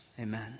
Amen